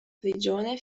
prigione